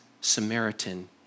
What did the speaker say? Samaritan